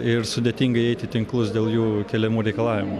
ir sudėtinga eiti į tinklus dėl jų keliamų reikalavimų